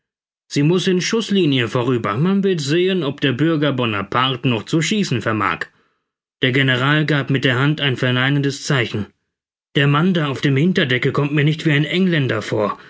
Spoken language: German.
sie muß in schußlinie vorüber man wird sehen ob der bürger bonaparte noch zu schießen vermag der general gab mit der hand ein verneinendes zeichen der mann da auf dem hinterdecke kommt mir nicht wie ein engländer vor